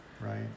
Right